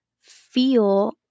feel